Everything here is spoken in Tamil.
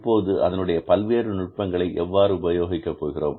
இப்போது அதனுடைய பல்வேறு நுட்பங்களை எவ்வாறு உபயோகிக்க போகிறோம்